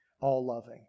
all-loving